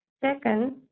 Second